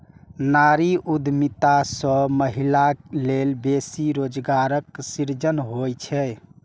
नारी उद्यमिता सं महिला लेल बेसी रोजगारक सृजन होइ छै